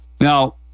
Now